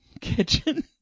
kitchen